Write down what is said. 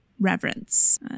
reverence